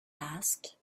asked